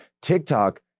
TikTok